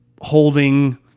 holding